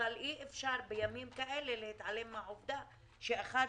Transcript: אבל אי אפשר בימים כאלה להתעלם מהעובדה שאחד